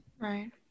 Right